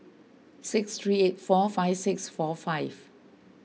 six three eight four five six four five